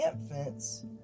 infants